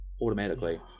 automatically